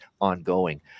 ongoing